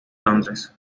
londres